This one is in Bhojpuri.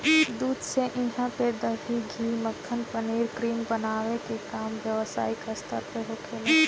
दूध से इहा पे दही, घी, मक्खन, पनीर, क्रीम बनावे के काम व्यवसायिक स्तर पे होखेला